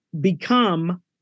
become